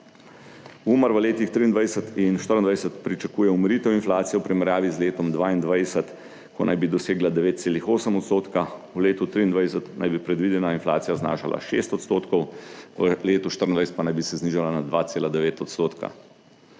Umar v letih 2023 in 2024 pričakuje umiritev inflacije v primerjavi z letom 2022, ko naj bi dosegla 9,8 %. V letu 2023 naj bi predvidena inflacija znašala 6 %, v letu 2024 pa naj bi se znižala na 2,9 %.